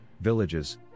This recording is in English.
villages